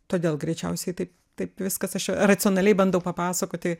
todėl greičiausiai taip taip viskas aš čia racionaliai bandau papasakoti